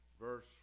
verse